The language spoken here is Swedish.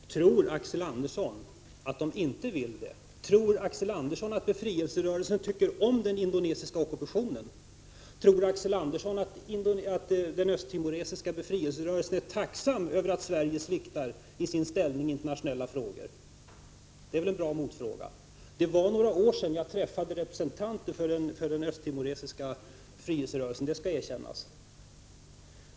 Herr talman! Tror Axel Andersson att de inte vill det, tror Axel Andersson att befrielserörelsen tycker om den indonesiska ockupationen, tror Axel Andersson att den östtimoresiska befrielserörelsen är tacksam för att Sverige sviktar i internationella frågor? Detta är väl bra motfrågor. Det var några år sedan jag träffade representanter för den östtimoresiska befrielserörelsen, det skall erkännas.